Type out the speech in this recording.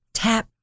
tap